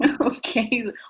okay